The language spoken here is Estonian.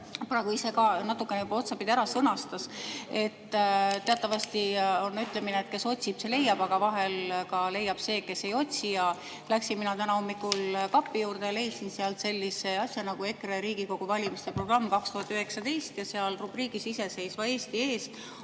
praegu ise ka natukene otsapidi ära sõnastas. Teatavasti on ütlemine, et kes otsib, see leiab, aga vahel ka leiab see, kes ei otsi. Läksin mina täna hommikul kapi juurde ja leidsin sealt sellise asja nagu EKRE Riigikogu valimiste programm 2019. Ja seal rubriigis "Iseseisva Eesti eest"